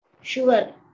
sure